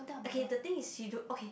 okay the thing is she don't okay